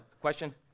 question